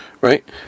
Right